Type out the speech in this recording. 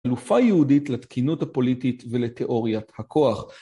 לופה יהודית לתקינות הפוליטית ולתיאוריית הכוח.